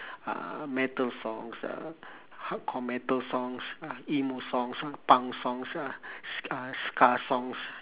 uh metal songs uh hardcore metal songs uh emo songs uh punk songs uh ska songs